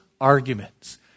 arguments